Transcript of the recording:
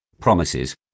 Promises